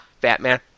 Batman